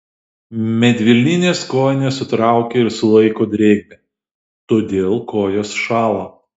medvilninės kojinės sutraukia ir sulaiko drėgmę todėl kojos šąla